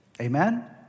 Amen